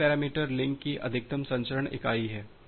दूसरा parameter link की अधिकतम संचरण इकाई है